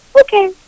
Okay